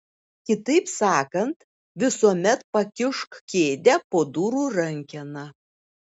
kitaip sakant visuomet pakišk kėdę po durų rankena